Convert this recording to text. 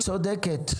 את צודקת.